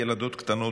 ילדות קטנות,